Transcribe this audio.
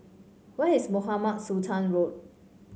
where is Mohamed Sultan Road